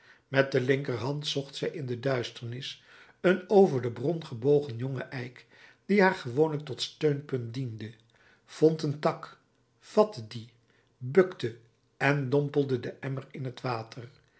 met de linkerhand zocht zij in de duisternis een over de bron gebogen jongen eik die haar gewoonlijk tot steunpunt diende vond een tak vatte dien bukte en dompelde den emmer in t water